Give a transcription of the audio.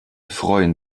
freuen